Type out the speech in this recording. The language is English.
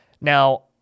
Now